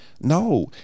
No